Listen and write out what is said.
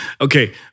Okay